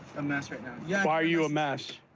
a mess right now. why are you a mess?